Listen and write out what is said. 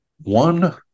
One